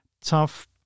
Tough